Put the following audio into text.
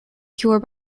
cure